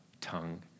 tongue